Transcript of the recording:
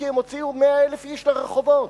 כי הם הוציאו 100,000 איש לרחובות.